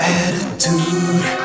attitude